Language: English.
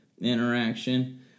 interaction